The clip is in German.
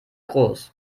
groß